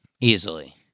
Easily